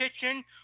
kitchen